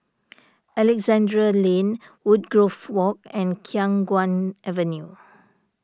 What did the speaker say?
Alexandra Lane Woodgrove Walk and Khiang Guan Avenue